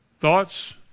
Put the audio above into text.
Thoughts